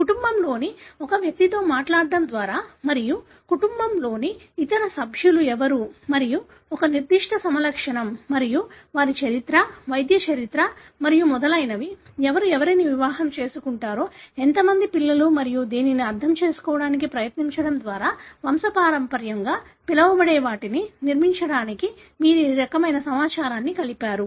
కుటుంబంలోని ఒక వ్యక్తితో మాట్లాడటం ద్వారా మరియు కుటుంబంలోని ఇతర సభ్యులు ఎవరు మరియు ఒక నిర్దిష్ట ఫెనోటైప్ మరియు వారి చరిత్ర వైద్య చరిత్ర మరియు మొదలైనవి ఎవరు ఎవరిని వివాహం చేసుకుంటారో ఎంత మంది పిల్లలు మరియు దీనిని అర్థం చేసుకోవడానికి ప్రయత్నించడం ద్వారా వంశపారంపర్యంగా పిలవబడే వాటిని నిర్మించడానికి మీరు ఈ రకమైన సమాచారాన్ని కలిపారు